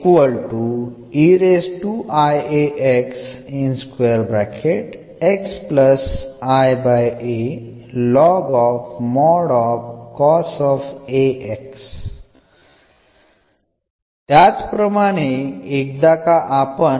ഇവ രണ്ടും സബ്സ്റ്റിറ്റ്യൂട്ട് ചെയ്യാം